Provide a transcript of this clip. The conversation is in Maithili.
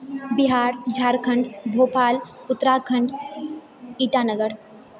बिहार झारखण्ड भोपाल उत्तराखण्ड ईटानगर